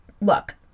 look